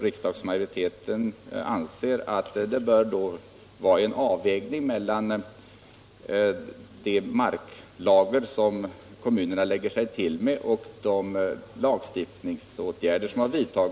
Riksdagsmajoriteten anser däremot att det bör göras en avvägning mellan de marklager som kommunerna lägger upp och de lagstiftningsåtgärder som har vidtagits.